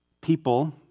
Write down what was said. people